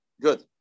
good